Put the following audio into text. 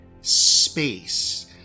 space